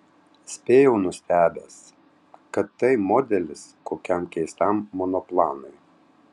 spėjau nustebęs kad tai modelis kokiam keistam monoplanui